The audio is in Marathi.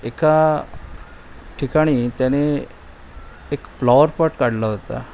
एका ठिकाणी त्याने एक फ्लॉवरपॉट काढला होता